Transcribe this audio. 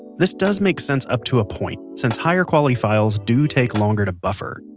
this does make sense up to a point, since higher-quality files do take longer to buffer.